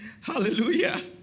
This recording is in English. Hallelujah